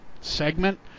segment